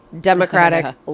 Democratic